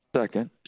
second